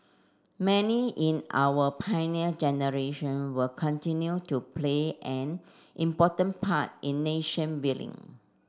many in our Pioneer Generation will continue to play an important part in nation building